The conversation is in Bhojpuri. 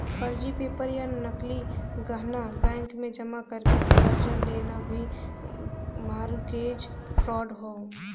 फर्जी पेपर या नकली गहना बैंक में जमा करके कर्जा लेना भी मारगेज फ्राड हौ